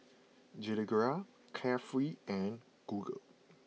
Gilera Carefree and Google